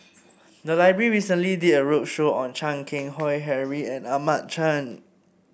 the library recently did a roadshow on Chan Keng Howe Harry and Ahmad Khan